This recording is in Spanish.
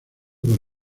por